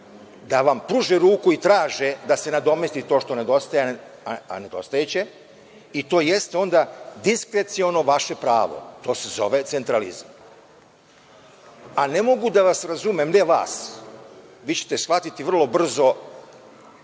da vam pruže ruku i traže da se nadomesti to što nedostaje, a nedostajaće, i to jeste onda diskreciono vaše pravo. To se zove centralizam.A ne mogu da vas razumem, ne vas, vi ćete shvatiti vrlo brzo